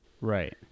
Right